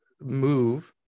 move